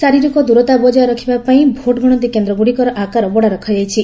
ଶାରୀରିକ ଦୂରତା ବଜାୟ ରଖିବା ପାଇଁ ଭୋଟ୍ ଗଣତି କେନ୍ଦ୍ରଗୁଡ଼ିକର ଆକାର ବଡ଼ ରଖାଯାଇଛି